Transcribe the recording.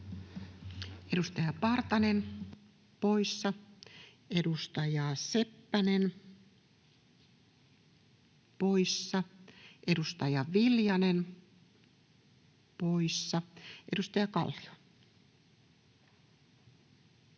Edustaja Partanen, poissa. Edustaja Seppänen, poissa. Edustaja Viljanen, poissa. — Edustaja Kallio.